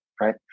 right